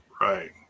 Right